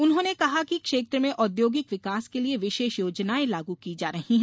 उन्होंने कहा कि क्षेत्र में औद्योगिक विकास के लिये विशेष योजनाए लागू की जा रही है